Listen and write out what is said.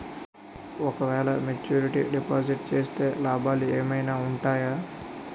ఓ క వేల maturity deposit చేస్తే లాభాలు ఏమైనా ఉంటాయా?